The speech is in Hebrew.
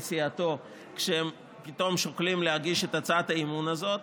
סיעתו כשהם פתאום שוקלים להגיש את הצעת האי-אמון הזאת,